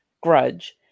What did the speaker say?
grudge